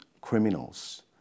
criminals